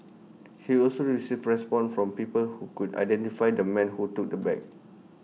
he also received responses from people who could identify the man who took the bag